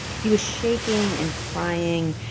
he was shaking and crying,